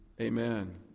Amen